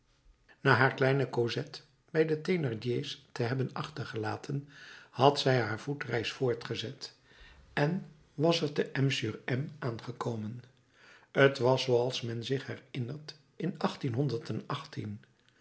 na haar kleine cosette bij de thénardier's te hebben achtergelaten had zij haar voetreis voortgezet en was te m sur m aangekomen t was zooals men zich herinnert in